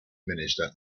minister